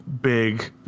big